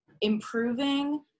improving